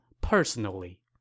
personally